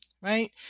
right